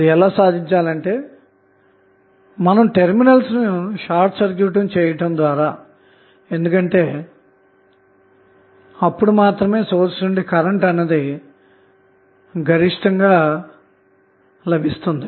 అది ఎలా సాదించాలంటే టెర్మినల్స్ ను షార్ట్ సర్క్యూట్ చేయడం ద్వారా ఎందుకంటే అప్పుడు మాత్రమే సోర్స్ నుండి కరెంటు అన్నది గరిష్ఠంగా లభిస్తుంది